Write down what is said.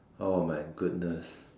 oh my goodness